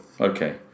okay